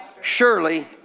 surely